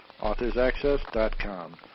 authorsaccess.com